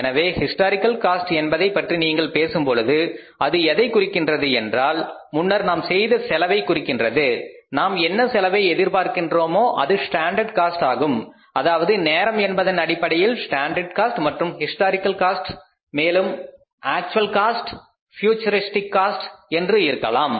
எனவே historical cost என்பதைப் பற்றி நீங்கள் பேசும் பொழுது அது எதைக் குறிக்கிறது என்றால் முன்னர் நாம் செய்த செலவை குறிக்கின்றது நாம் என்ன செலவை எதிர்பார்க்கின்றோமோ அது ஸ்டாண்டர்ட் காஸ்ட் ஆகும் அதாவது நேரம் என்பதன் அடிப்படையில் ஸ்டாண்டர்ட் காஸ்ட் மற்றும் ஹிஸ்டாரிக்கல் காஸ்ட் மேலும் அக்ட்ஜ்வல் காஸ்ட் பியூஜெரிஸ்டிக் காஸ்ட் என்பது இருக்கலாம்